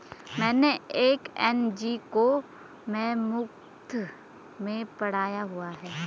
मैंने एक एन.जी.ओ में मुफ़्त में पढ़ाया हुआ है